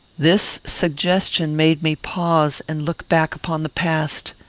this suggestion made me pause, and look back upon the past.